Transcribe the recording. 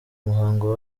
muhango